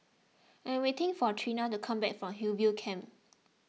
I am waiting for Trena to come back from Hillview Camp